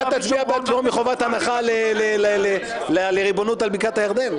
אתה תצביע בעד פטור מחובת הנחה לריבונות על בקעת הירדן?